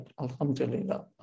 Alhamdulillah